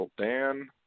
dan